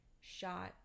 shot